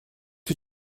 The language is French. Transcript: que